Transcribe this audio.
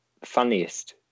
funniest